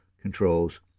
controls